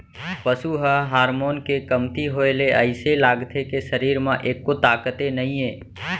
पसू म हारमोन के कमती होए ले अइसे लागथे के सरीर म एक्को ताकते नइये